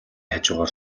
хажуугаар